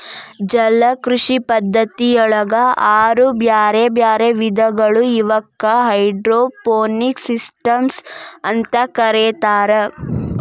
ಜಲಕೃಷಿ ಪದ್ಧತಿಯೊಳಗ ಆರು ಬ್ಯಾರ್ಬ್ಯಾರೇ ವಿಧಗಳಾದವು ಇವಕ್ಕ ಹೈಡ್ರೋಪೋನಿಕ್ಸ್ ಸಿಸ್ಟಮ್ಸ್ ಅಂತ ಕರೇತಾರ